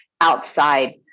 outside